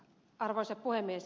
arvoisa puhemies